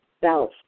self